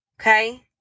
Okay